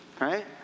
right